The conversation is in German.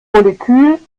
molekül